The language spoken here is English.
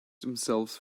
themselves